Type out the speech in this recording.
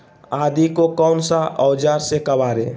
आदि को कौन सा औजार से काबरे?